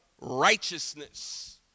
righteousness